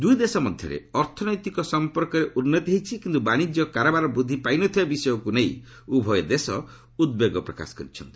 ଦୁଇ ଦେଶ ମଧ୍ୟରେ ଅର୍ଥନୈତିକ ସମ୍ପର୍କରେ ଉନ୍ନତି ହୋଇଛି କିନ୍ତୁ ବାଣିଜ୍ୟ କାରବାର ବୃଦ୍ଧି ପାଇନଥିବା ବିଷୟକୁ ନେଇ ଉଭୟ ଦେଶ ଉଦ୍ବେଗ ପ୍ରକାଶ କରିଛନ୍ତି